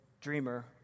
dreamer